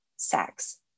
sex